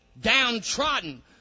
Downtrodden